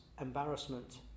embarrassment